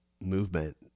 movement